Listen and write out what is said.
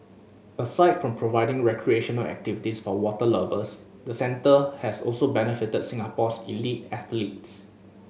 aside from providing recreational activities for water lovers the centre has also benefited Singapore's elite athletes